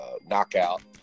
Knockout